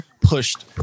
pushed